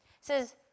says